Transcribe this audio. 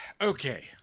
Okay